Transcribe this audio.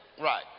Right